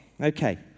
okay